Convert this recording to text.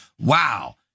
wow